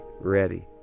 ready